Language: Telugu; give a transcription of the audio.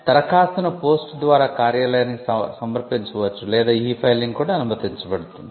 దరఖాస్తును పోస్ట్ ద్వారా కార్యాలయానికి సమర్పించవచ్చు లేదా ఇ ఫైలింగ్ కూడా అనుమతించబడుతుంది